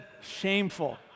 Shameful